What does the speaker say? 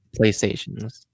Playstations